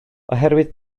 oherwydd